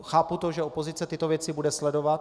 Chápu to, že opozice tyto věci bude sledovat.